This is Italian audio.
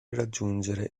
raggiungere